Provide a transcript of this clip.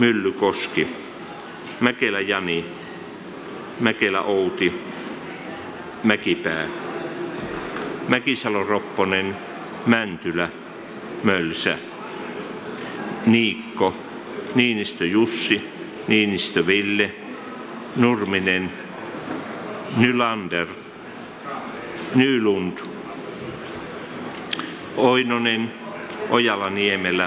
anne kalmari maria lohela outi mäkelä och johanna ojala niemelä